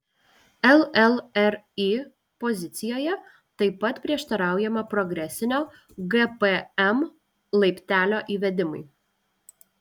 llri pozicijoje taip pat prieštaraujama progresinio gpm laiptelio įvedimui